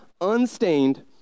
unstained